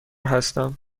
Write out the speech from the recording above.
هستم